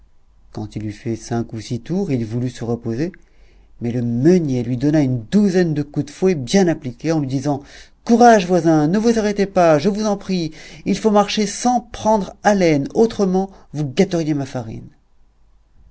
quand il eut fait cinq ou six tours il voulut se reposer mais le meunier lui donna une douzaine de coups de fouet bien appliqués en lui disant courage voisin ne vous arrêtez pas je vous en prie il faut marcher sans prendre haleine autrement vous gâteriez ma farine